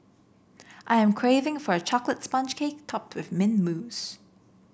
I am craving for a chocolate sponge cake topped with mint mousse